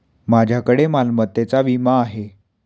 माझ्याकडे मालमत्तेचा विमा आहे